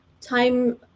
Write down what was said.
time